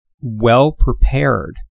well-prepared